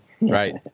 Right